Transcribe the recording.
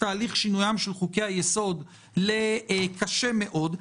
תהליך שינוים של חוקי היסוד לקשה מאוד.